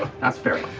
that's fair.